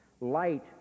Light